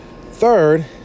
Third